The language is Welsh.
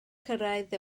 cyrraedd